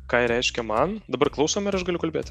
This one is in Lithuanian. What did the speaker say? ką ji reiškia man dabar klausom ir aš galiu kalbėti